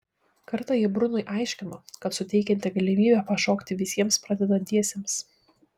kartą ji brunui aiškino kad suteikianti galimybę pašokti visiems pradedantiesiems